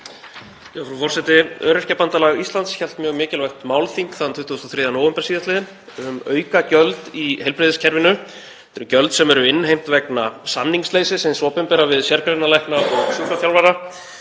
Frú forseti. Öryrkjabandalag Íslands hélt mjög mikilvægt málþing þann 23. nóvember síðastliðinn um aukagjöld í heilbrigðiskerfinu. Þetta eru gjöld sem eru innheimt vegna samningsleysis hins opinbera við sérgreinalækna og sjúkraþjálfara